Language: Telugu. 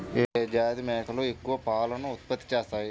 ఏ జాతి మేకలు ఎక్కువ పాలను ఉత్పత్తి చేస్తాయి?